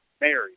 married